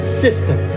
system